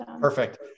Perfect